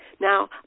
Now